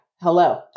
Hello